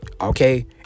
Okay